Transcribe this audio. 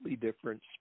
different